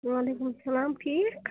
وعلیکُم سَلام ٹھیٖک